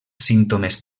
símptomes